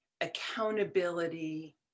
accountability